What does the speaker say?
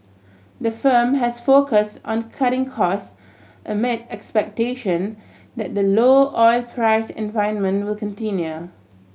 the firm has focus on cutting cost amid expectation that the low oil price environment will continue